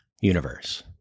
universe